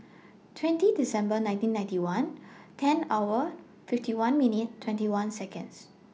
twenty December nineteen ninety one ten hour fifty one minute twenty one Seconds